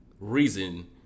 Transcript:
reason